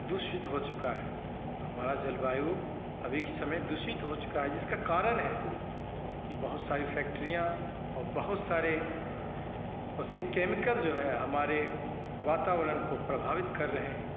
दूषित हो चुका है हमारा जलवायु अभी के समय दूषित हो चुका है जिसका कारण है की बहुत सारी फैक्ट्रियाँ और बहुत सारे उसके केमिकल जो हैं हमारे वातावरण को प्रभावित कर रहे हैं